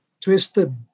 twisted